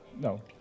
No